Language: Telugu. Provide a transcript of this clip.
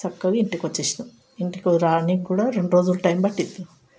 చక్కగా ఇంటికి వచ్చినాం ఇంటికి రావడానికి కూడా రెండు రోజులు టైం పట్టింది